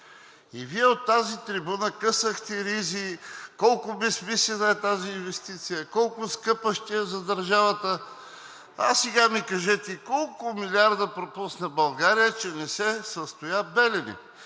и Вие от тази трибуна късахте ризи колко безсмислена е тази инвестиция, колко скъпа ще е за държавата. А сега ми кажете колко милиарда пропусна България, че не се състоя Белене?